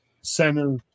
center